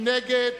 מי נגד?